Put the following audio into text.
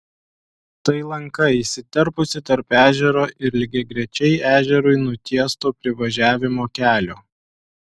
tai lanka įsiterpusi tarp ežero ir lygiagrečiai ežerui nutiesto privažiavimo kelio